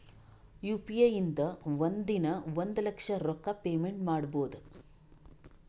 you P I ಇಂದ ಒಂದ್ ದಿನಾ ಒಂದ ಲಕ್ಷ ರೊಕ್ಕಾ ಪೇಮೆಂಟ್ ಮಾಡ್ಬೋದ್